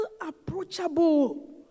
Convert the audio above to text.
approachable